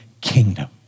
kingdom